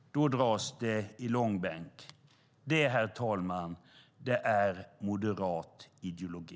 Då dras det i långbänk. Det, herr talman, är moderat ideologi.